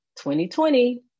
2020